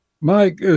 mike